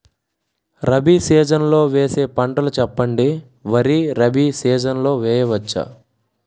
Rabi season లో వేసే పంటలు చెప్పండి? వరి రబీ సీజన్ లో వేయ వచ్చా?